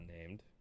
unnamed